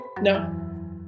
No